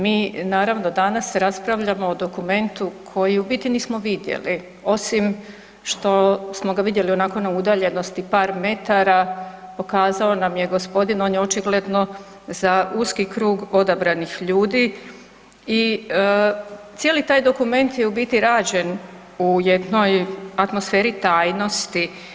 Mi naravno, danas raspravljamo o dokumentu koji u biti nismo vidjeli, osim što smo ga vidjeli onako na udaljenosti par metara, pokazao nam je gospodin, on je očigledno za uski krug odabranih ljudi i cijeli taj dokument je u biti rađen u jednoj atmosferi tajnosti.